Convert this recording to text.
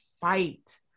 fight